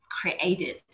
created